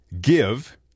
Give